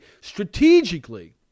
strategically